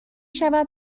شود